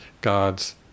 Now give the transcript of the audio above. God's